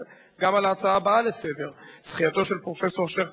מובן שהמציאות הזאת